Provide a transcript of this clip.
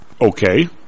okay